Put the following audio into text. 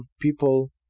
people